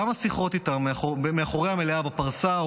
גם השיחות איתם מאחורי המליאה בפרסה,